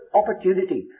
opportunity